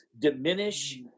diminish